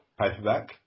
paperback